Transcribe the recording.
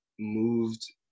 moved